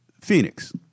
Phoenix